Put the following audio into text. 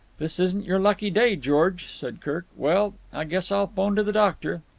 this isn't your lucky day, george, said kirk. well, i guess i'll phone to the doctor.